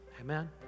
Amen